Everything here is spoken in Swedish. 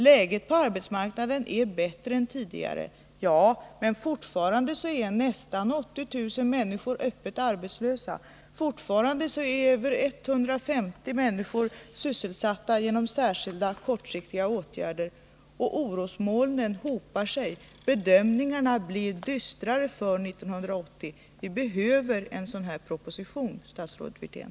Läget på arbetsmarknaden är visserligen bättre än tidigare, men fortfarande är nästan 80000 människor öppet arbetslösa och över 150 000 sysselsatta genom särskilda, kortsiktiga åtgärder, och orosmolnen hopar sig. Bedömningarna blir dystrare för 1980. Vi behöver en sådan här proposition, statsrådet Wirtén.